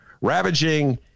ravaging